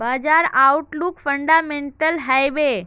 बाजार outlook fundamental हैवै?